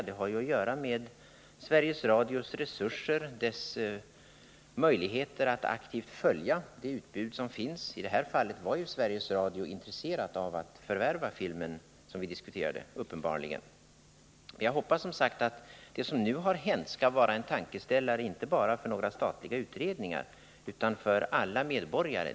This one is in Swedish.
Det har väl att göra med Sveriges Radios resurser och möjligheter att aktivt följa det utbud som finns — i det här fallet var ju Sveriges Radio uppenbarligen intresserat av att förvärva filmen som vi diskuterade. Jag hoppas som sagt att det som nu har hänt skall vara en tankeställare, inte bara för några statliga utredningar utan för alla medborgare.